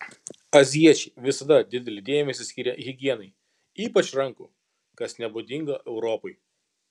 azijiečiai visada didelį dėmesį skyrė higienai ypač rankų kas nebūdinga europai